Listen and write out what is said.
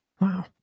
Wow